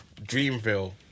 Dreamville